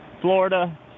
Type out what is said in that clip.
Florida